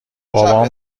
بابام